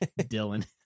Dylan